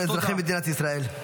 תודה.